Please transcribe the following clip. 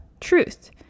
truth